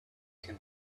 can